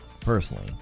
Personally